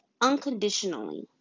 unconditionally